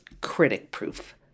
critic-proof